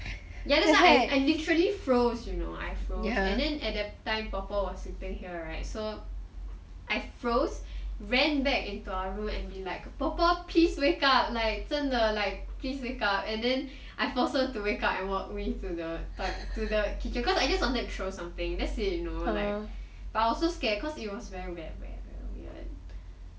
ya that's why I literally froze you know I froze and then at that time 婆婆 was sleeping here right so I froze ran back into our room and be like 婆婆 please wake up like 真的 like please wake up and then I forced her to wake up and walk me to the kitchen toilet cause I just wanted to throw something that's it you know but I was so scared cause it was very very weird